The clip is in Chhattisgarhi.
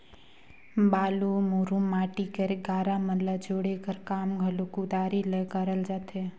बालू, मुरूम, माटी कर गारा मन ल जोड़े कर काम घलो कुदारी ले करल जाथे